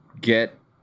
get